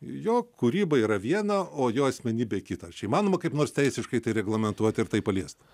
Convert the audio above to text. jo kūryba yra viena o jo asmenybė kita ar čia įmanoma kaip nors teisiškai reglamentuot ir tai paliest